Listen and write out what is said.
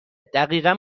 دقیقا